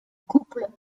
couple